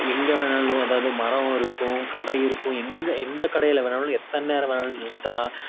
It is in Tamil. எங்கே வேணாலும் அதாவது மரம் இருக்கும் கடை இருக்கும் எங்கே எந்த கடையில் வேணாலும் எத்தனை நேரம் வேணாலும் நிறுத்தலாம்